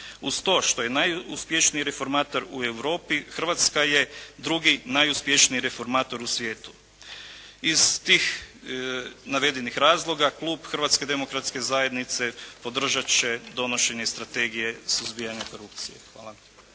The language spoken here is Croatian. Uz to što je najuspješniji reformator u Europi Hrvatska je drugi najuspješniji reformator u svijetu. Iz tih navedenih razloga Klub Hrvatske demokratske zajednice podržat će donošenje strategije suzbijanja korupcije. Hvala.